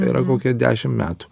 yra kokie dešim metų